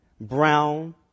brown